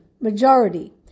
majority